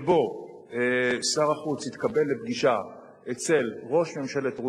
שבו שר החוץ התקבל לפגישה אצל ראש ממשלת רוסיה,